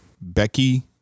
Becky